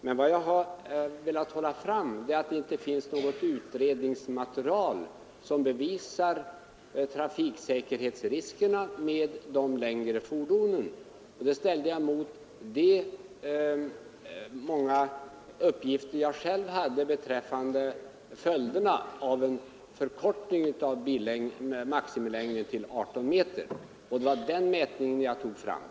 Men vad jag har velat framhålla är att det inte finns något utredningsmaterial som bevisar trafiksäkerhetsriskerna med de längre fordonen, och det ställde jag mot de många uppgifter jag själv har beträffande följderna av en förkortning av maximilängden till 18 meter. Det var den mätningen jag redovisade.